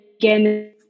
again